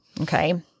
Okay